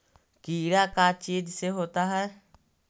कीड़ा का चीज से होता है?